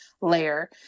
layer